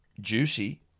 Juicy